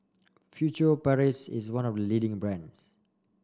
Furtere Paris is one of leading brands